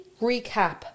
recap